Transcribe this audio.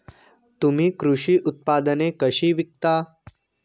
तुम्ही कृषी उत्पादने कशी विकता?